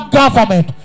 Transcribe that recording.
government